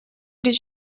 did